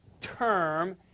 term